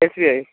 SBI